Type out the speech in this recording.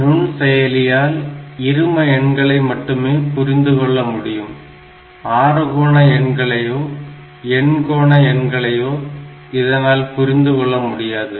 நுண் செயலியால் இரும எண்களை மட்டுமே புரிந்து கொள்ள முடியும் ஆறுகோண எண்களையோ எண்கோண எண்களையோ இதனால் புரிந்துகொள்ள முடியாது